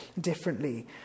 differently